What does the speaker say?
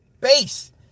base